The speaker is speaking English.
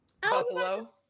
Buffalo